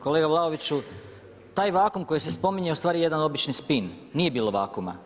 Kolega Vlaoviću, taj vakuum koji se spominje je ustvari jedan obični spin, nije bilo vakuuma.